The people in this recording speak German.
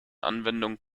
anwendungen